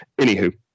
anywho